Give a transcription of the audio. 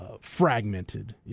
fragmented